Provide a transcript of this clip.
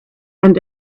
and